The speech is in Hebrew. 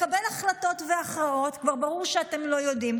לקבל החלטות והכרעות כבר ברור שאתם לא יודעים,